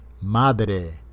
Madre